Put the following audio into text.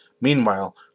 Meanwhile